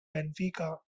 benfica